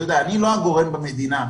אני לא הגורם במדינה,